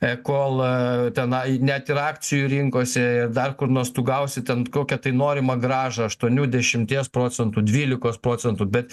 ekol tenai net ir akcijų rinkose dar kur nors tu gausi ten kokią tai norimą grąžą aštuonių dešimties procentų dvylikos procentų bet